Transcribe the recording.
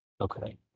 Okay